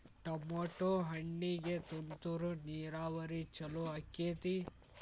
Tomato ಹಣ್ಣಿಗೆ ತುಂತುರು ನೇರಾವರಿ ಛಲೋ ಆಕ್ಕೆತಿ?